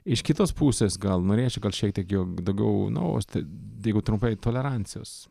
iš kitos pusės gal norėčiau šiek tiek jog daugiau nu jeigu trumpai tolerancijos